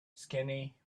skinny